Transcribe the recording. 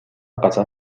каза